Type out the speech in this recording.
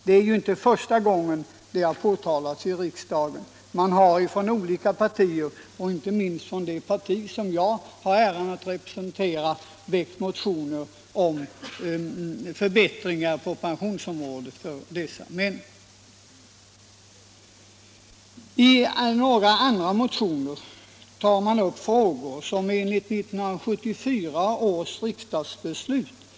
Det är inte första gången - Pensionspoäng på denna sak har tagits upp i riksdagen — man har från olika partier, inte — sidoinkomster för minst från det parti som jag har äran att representera, väckt motioner = person med partiell om förbättringar på pensionsområdet för dessa människor. förtidspension, I några andra motioner tas upp frågor som enligt 1974 års riksdagsbeslut — Mm.m.